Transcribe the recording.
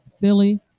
Philly